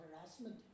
harassment